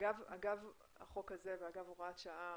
אגב החוק הזה ואגב הוראת שעה,